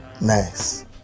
nice